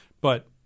But-